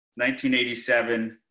1987